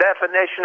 definition